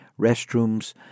restrooms